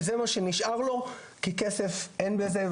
זה מה שנשאר לו כי כסף אין בזה.